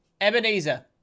Ebenezer